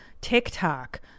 TikTok